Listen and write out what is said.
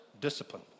discipline